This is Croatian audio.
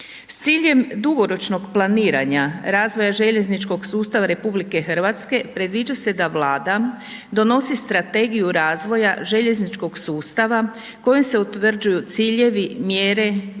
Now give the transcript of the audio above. S ciljem dugoročnog planiranja razvoja željezničkog sustav RH, predviđa se da Vlada donosi strategiju razvoja željezničkog sustava, kojim se utvrđuju ciljevi, mjere,